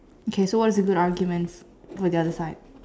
okay so what is a good argument for the other side